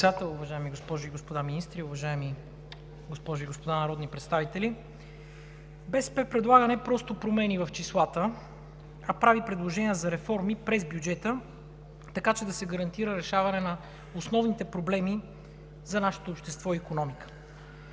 БСП предлага не просто промени в числата, а прави предложения за реформи през бюджета, така че да се гарантира икономика за решаване на основните проблеми за нашето общество. Догодина